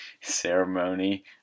ceremony